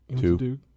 Two